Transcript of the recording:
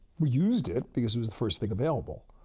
used it, because it was the first thing available.